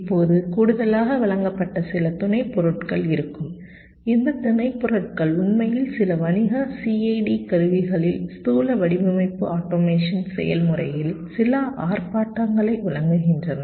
இப்போது கூடுதலாக வழங்கப்பட்ட சில துணை பொருட்கள் இருக்கும் இந்த துணை பொருட்கள் உண்மையில் சில வணிக CAD கருவிகளில் ஸ்தூல வடிவமைப்பு ஆட்டோமேஷன் செயல்முறையின் சில ஆர்ப்பாட்டங்களை வழங்குகின்றன